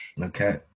okay